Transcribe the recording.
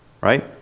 right